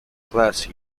class